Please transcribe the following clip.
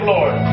Lord